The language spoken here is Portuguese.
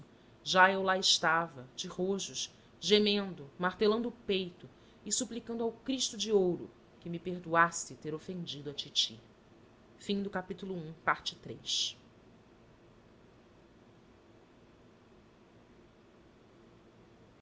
já eu lá estava de rojos gemendo martelando o peito e suplicando ao cristo de ouro que me perdoasse ter ofendido a titi um